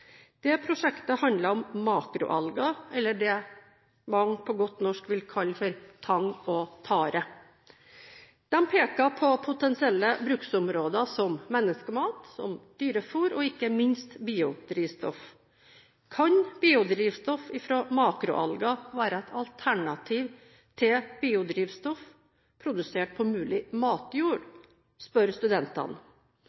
meg. Prosjektet handlet om makroalger, eller det mange på godt norsk vil kalle tang og tare. De peker på potensielle bruksområder, som menneskemat, dyrefôr og ikke minst biodrivstoff. Kan biodrivstoff fra makroalger være et alternativ til biodrivstoff produsert på mulig matjord,